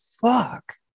fuck